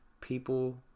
people